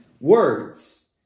words